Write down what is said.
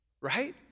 right